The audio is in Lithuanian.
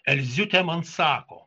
elziutė man sako